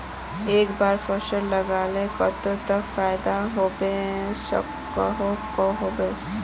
एक बार फसल लगाले कतेक तक फायदा होबे सकोहो होबे?